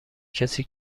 کسی